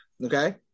Okay